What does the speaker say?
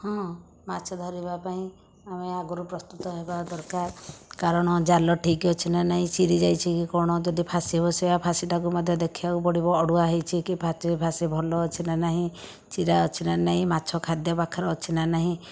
ହଁ ମାଛ ଧରିବା ପାଇଁ ଆମେ ଆଗରୁ ପ୍ରସ୍ତୁତ ହେବା ଦରକାର କାରଣ ଜାଲ ଠିକ୍ ଅଛି ନା ନାଇଁ ଚିରି ଯାଇଛି କି କଣ ଯଦି ଫାଶୀ ବସେଇବା ଫାଶୀଟାକୁ ମଧ୍ୟ ଦେଖିବାକୁ ପଡ଼ିବ ଅଡ଼ୁଆ ହେଇଛି କି ଫାଶୀ ଭଲ ଅଛି ନା ନାହିଁ ଚିରା ଅଛି ନା ନାହିଁ ମାଛ ଖାଦ୍ୟ ପାଖରେ ଅଛି ନା ନାହିଁ